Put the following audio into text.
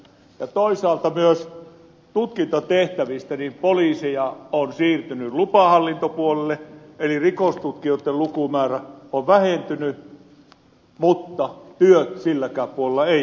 toisaalta myös tutkintatehtävistä poliiseja on siirtynyt lupahallintopuolelle eli rikostutkijoitten lukumäärä on vähentynyt mutta työt silläkään puolella eivät ole vähentyneet